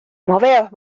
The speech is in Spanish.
moveos